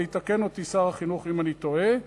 ויתקן אותי שר החינוך אם אני טועה,